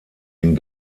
den